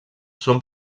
són